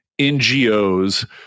NGOs